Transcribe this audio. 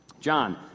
John